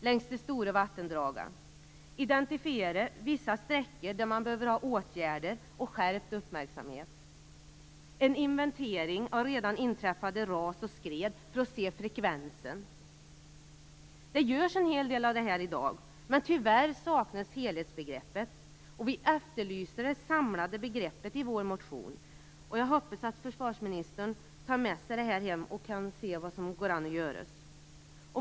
Man måste identifiera vissa sträckor där det behövs åtgärder och skärpt uppmärksamhet. Det behövs en inventering av redan inträffade ras och skred, så att man ser frekvensen. Det görs en hel del av detta i dag, men tyvärr saknas helhetsgreppet. Vi efterlyste det samlade greppet i vår motion. Jag hoppas att försvarsministern tar med sig detta hem och undersöker vad som kan göras.